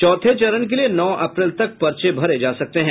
चौथे चरण के लिए नौ अप्रैल तक पर्चे भरे जा सकते हैं